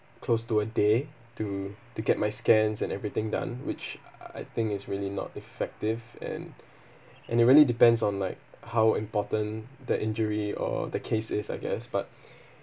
close to a day to to get my scans and everything done which I think is really not effective and and it really depends on like how important the injury or the case is I guess but